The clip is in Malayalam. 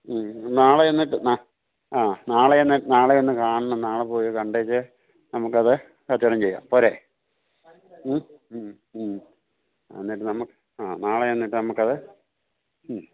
മ്മ് നാളെ എന്നിട്ട് ആ നാളെ എന്നെ നാളെ ഒന്ന് കാണണം നാളെ പോയി കണ്ടേച്ച് നമുക്കത് കച്ചവടം ചെയ്യാം പോരേ മ് മ്മ് മ്മ് അന്നേരം ആ നാളെ എന്നിട്ട് നമുക്കത് മ്മ്